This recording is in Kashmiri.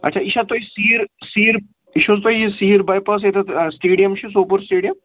اچھا یہِ چھا تۄہہِ سیٖر سیٖر یہِ چھُو حظ تۄہہِ یہِ سیٖر باے پاس ییٚتٮ۪تھ سِٹیڈیَم چھِ سوپور سِٹیڈیَم